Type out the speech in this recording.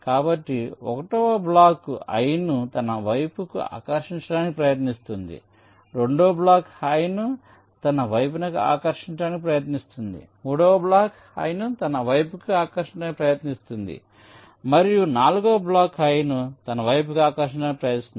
కాబట్టి 1వ block i ను తన వైపుకు ఆకర్షించడానికి ప్రయత్నిస్తోంది 2వ బ్లాక్ i ను తన వైపుకు ఆకర్షించడానికి ప్రయత్నిస్తోంది 3వ బ్లాక్ i ను తన వైపుకు ఆకర్షించడానికి ప్రయత్నిస్తోంది మరియు 4వ బ్లాక్ i ను తన వైపుకు ఆకర్షించడానికి ప్రయత్నిస్తోంది